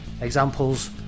examples